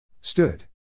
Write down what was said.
Stood